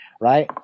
right